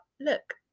look